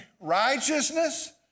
righteousness